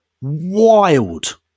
wild